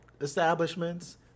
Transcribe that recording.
establishments